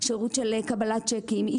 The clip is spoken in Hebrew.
שירות של קבלת צ'קים,